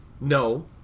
No